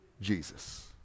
Jesus